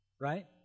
right